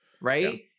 right